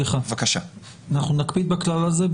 אנחנו נקפיד בכלל הזה,